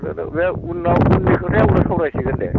अ' अ' बे उनाव उननि खोथाया उनाव सावराय सिगोन दे